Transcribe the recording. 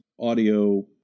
audio